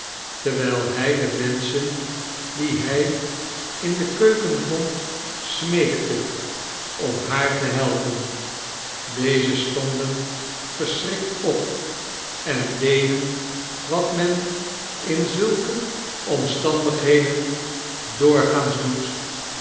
terwijl hij de menschen die hij in de keuken vond smeekte om haar te helpen deze stonden verschrikt op en deden wat men in zulke nelly omstandigheden doorgaans doet